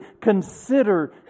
consider